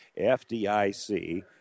FDIC